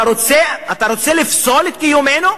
אתה רוצה לפסול את קיומנו?